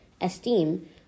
esteem